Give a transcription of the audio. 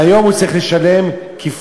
היום הוא צריך לשלם כפליים.